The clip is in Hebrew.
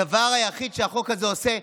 הדבר היחיד שהחוק הזה עושה,